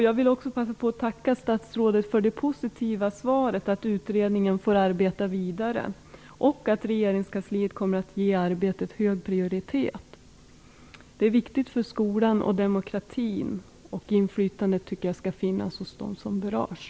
Jag vill också passa på att tacka statsrådet för det positiva svaret att utredningen får arbeta vidare och att regeringskansliet kommer att ge arbetet hög prioritet. Det är viktigt för skolan och för demokratin. Jag tycker att inflytandet skall finnas hos dem som berörs.